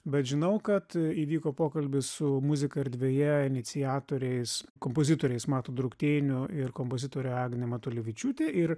bet žinau kad įvyko pokalbis su muzika erdvėje iniciatoriais kompozitoriais matu drukteiniu ir kompozitorė agnė matulevičiūtė ir